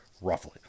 roughly